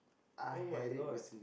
[oh]-my-god